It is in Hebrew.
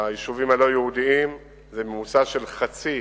ביישובים הלא-יהודיים זה ממוצע של חצי